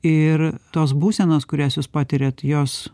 ir tos būsenos kurias jūs patiriat jos